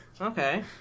Okay